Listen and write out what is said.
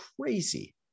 crazy